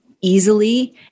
easily